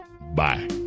Bye